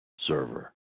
server